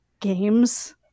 games